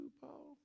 Paul